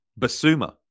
Basuma